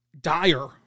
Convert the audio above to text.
dire